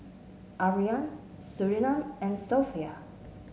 Aryan Surinam and Sofea